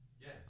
Yes